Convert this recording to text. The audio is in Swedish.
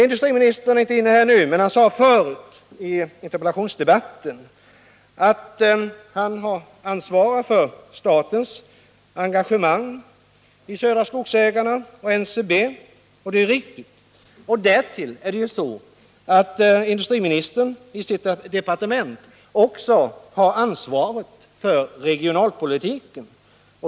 Industriministern är inte inne i kammaren f. n.. men han sade tidigare i interpellationsdebatten att han ansvarar för statens engagemang i Södra Skogsägarna och NCB, och det är riktigt. Därtill har industriministern i sitt departement också ansvaret för regionalpolitiken.